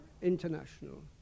international